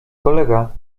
kolega